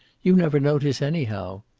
you never notice, anyhow.